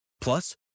plus